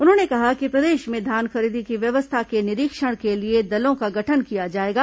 उन्होंने कहा कि प्रदेश में धान खरीदी की व्यवस्था के निरीक्षण के लिए दलों का गठन किया जाएगा